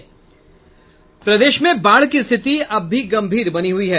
प्रदेश में बाढ़ की स्थिति अब भी गंभीर बनी हुई है